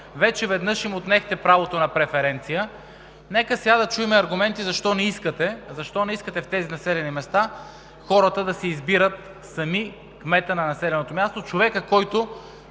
Вече веднъж им отнехте правото на преференция. Нека сега да чуем аргументи защо не искате? Защо не искате в тези населени места хората да си избират сами кмета на населеното място – човекът, който